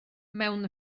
mewn